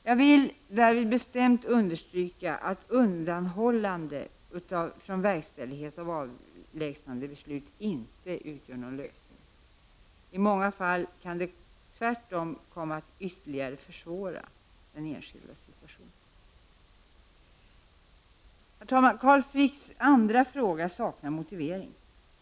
Jag vill därvid bestämt understryka att undanhållande från verkställighet av avlägsnandebeslut inte utgör någon lösning. I många fall kan det tvärtom komma att ytterligare försvåra den enskildes situation. Herr talman! Carl Fricks andra fråga saknar motivering.